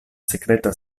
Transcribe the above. sekreta